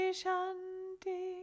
shanti